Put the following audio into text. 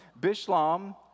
Bishlam